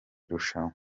irushanwa